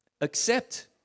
Accept